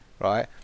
right